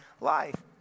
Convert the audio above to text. life